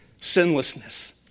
sinlessness